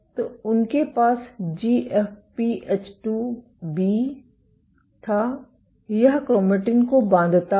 तो उनके पास जीएफपी एच 2 बी था यह क्रोमैटिन को बांधता है